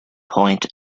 point